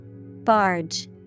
Barge